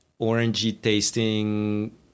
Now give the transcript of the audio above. orangey-tasting